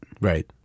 Right